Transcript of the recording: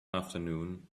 afternoon